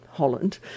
Holland